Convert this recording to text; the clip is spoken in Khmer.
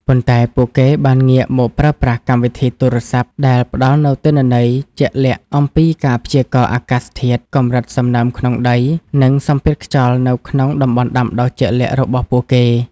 ប៉ុន្តែពួកគេបានងាកមកប្រើប្រាស់កម្មវិធីទូរស័ព្ទ ដែលផ្ដល់នូវទិន្នន័យជាក់លាក់អំពីការព្យាករណ៍អាកាសធាតុ កម្រិតសំណើមក្នុងដី និងសម្ពាធខ្យល់នៅក្នុងតំបន់ដាំដុះជាក់លាក់របស់ពួកគេ។